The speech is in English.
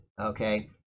Okay